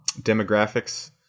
demographics